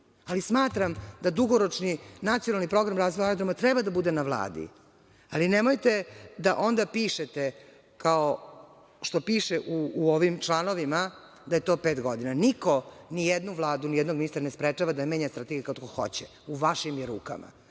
ali smatram da dugoročni nacionalni program razvoja treba da bude na Vladi, ali nemojte da onda pišete, kao što piše u ovim članovima, da je to pet godina. Niko ni jednu vladu, ni jednog ministra ne sprečava da menja strategija kad ko hoće. U vašim je rukama,